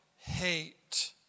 hate